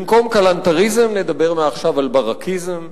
במקום על כלנתריזם נדבר מעכשיו על ברקיזם.